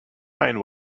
fine